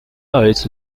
rights